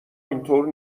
اینطور